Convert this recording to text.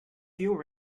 fewer